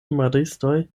maristoj